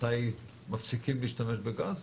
מתי מפסיקים להשתמש בגז?